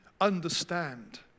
understand